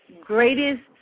greatest